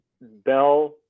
Bell